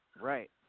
Right